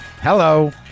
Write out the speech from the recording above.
Hello